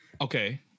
Okay